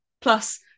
Plus